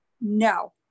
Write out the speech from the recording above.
No